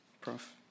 Prof